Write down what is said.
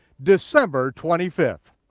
december twenty fifth.